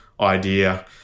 idea